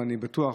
ואני בטוח,